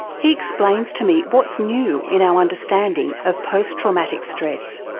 he explains to me what's new in our understanding of post-traumatic stress.